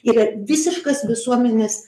yra visiškas visuomenės